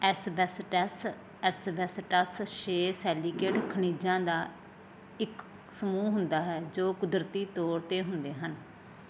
asbestos asbestos ਛੇ silicate ਖਣਿਜਾਂ ਦਾ ਇੱਕ ਸਮੂਹ ਹੁੰਦਾ ਹੈ ਜੋ ਕੁਦਰਤੀ ਤੌਰ 'ਤੇ ਹੁੰਦੇ ਹਨ